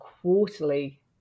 quarterly